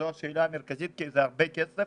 זו השאלה המרכזית כי מדובר בהרבה כסף